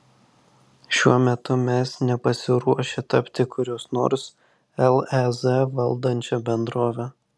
šiuo metu mes nepasiruošę tapti kurios nors lez valdančia bendrove